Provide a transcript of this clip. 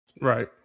Right